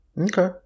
Okay